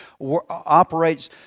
operates